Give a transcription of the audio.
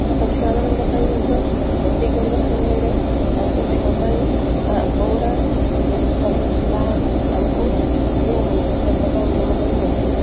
ଛୋଟ ଛୁଆମାନଙ୍କ ପାଇଁ ମଧ୍ୟ ରୋଷେଇ କରିବା ସମୟରେ ତାଙ୍କ ଦେହ ପାଇଁ କେଉଁଗୁଡ଼ା ଭଲ ତାହା ଆମକୁ ସତର୍କତା ଅବଲମ୍ବନ କରି ପଡ଼ିଥାଏ